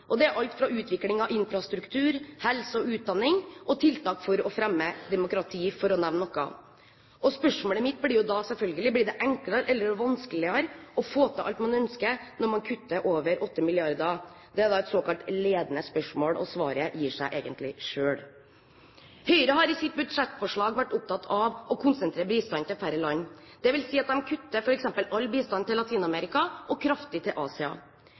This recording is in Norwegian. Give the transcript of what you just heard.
og det er alt fra utvikling av infrastruktur, helse og utdanning, til tiltak for å fremme demokrati, for å nevne noe. Spørsmålet mitt blir da selvfølgelig: Blir det enklere eller vanskeligere å få til alt man ønsker når man kutter over 8 mrd. kr? Det er et såkalt ledende spørsmål, og svaret gir seg egentlig selv. Høyre har i sitt budsjettforslag vært opptatt av å konsentrere bistanden til færre land. Det vil si at de f.eks. kutter all bistand til Latin-Amerika og kraftig til Asia.